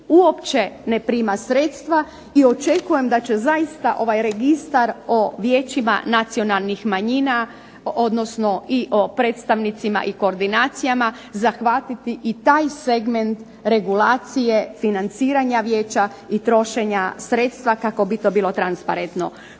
uopće ne primaju sredstva i očekujem da će zaista ovaj registar o vijećima nacionalnih manjina odnosno i o predstavnicima i o koordinacijama zahvatiti i taj segment regulacije financiranja vijeća i trošenja sredstva kako bi to bilo transparentno.